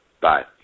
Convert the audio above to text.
Bye